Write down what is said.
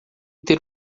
ter